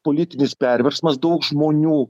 politinis perversmas daug žmonių